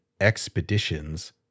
expeditions